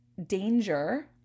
danger